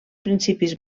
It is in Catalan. principis